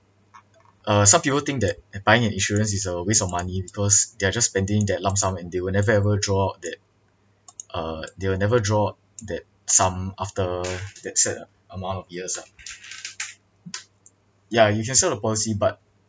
uh some people think that buying an insurance is a waste of money because they are just spending that lump sum and they will never ever draw that uh they will never draw out that sum after that set a~ amount of years lah yeah you can sell the policy but